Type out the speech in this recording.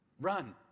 Run